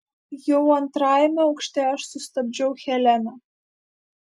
jau antrajame aukšte aš sustabdžiau heleną